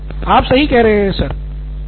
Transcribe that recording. सिद्धार्थ मतुरी आप सही कह रहे है सर